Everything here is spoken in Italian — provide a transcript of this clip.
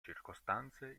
circostanze